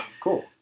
cool